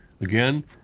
Again